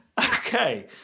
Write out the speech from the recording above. Okay